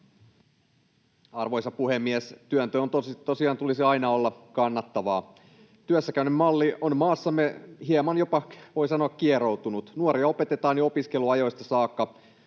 Arvoisa puhemies! Työnteon tosiaan tulisi aina olla kannattavaa. Työssäkäynnin malli on maassamme hieman jopa, voi sanoa, kieroutunut. Nuoria opetetaan jo opiskeluajoista saakka